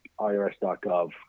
irs.gov